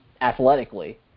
athletically